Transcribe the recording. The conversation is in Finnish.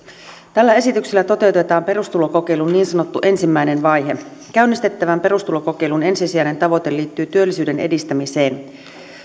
tällä esityksellä toteutetaan perustulokokeilun niin sanottu ensimmäinen vaihe käynnistettävän perustulokokeilun ensisijainen tavoite liittyy työllisyyden edistämiseen